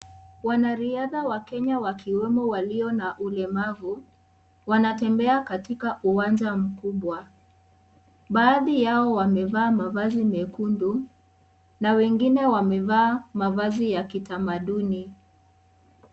Wanariadha wa Kenya wakiwemo walio na ulemavu, wanatembea katika uwanja mkubwa. Baadhi yao wamevaa mavazi mekundu na wengine wamevaa mavazi ya kitamaduni.